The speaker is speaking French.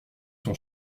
son